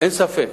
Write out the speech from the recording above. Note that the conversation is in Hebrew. אין ספק